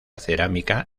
cerámica